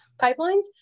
pipelines